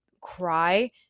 cry